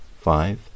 Five